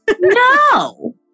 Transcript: No